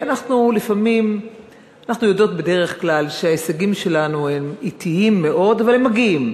אנחנו יודעות בדרך כלל שההישגים שלנו הם אטיים מאוד אבל הם מגיעים.